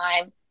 time